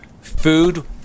food